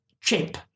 chip